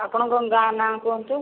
ଆପଣଙ୍କ ଗାଁ ନାଁ କୁହନ୍ତୁ